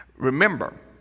Remember